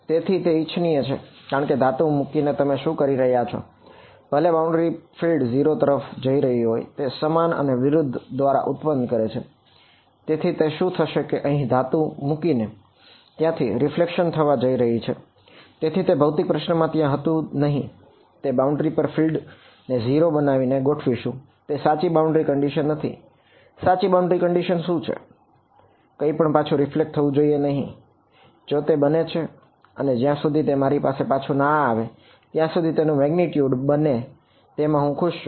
તેથી તે ઇચ્છનીય છે કારણ કે ધાતુ મૂકીને તમે શું કરી રહ્યા છો ભલે તે બાઉન્ડ્રી બને તેમાં હું ખુશ છું